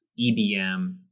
EBM